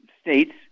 states